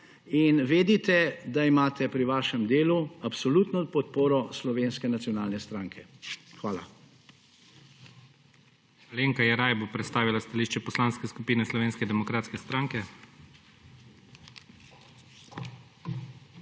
in vedite, da imate pri vašem delu absolutno podporo Slovenske nacionalne stranke. Hvala.